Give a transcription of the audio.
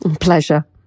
Pleasure